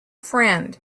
friend